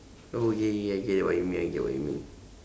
oh okay okay I get it what you mean I get what you mean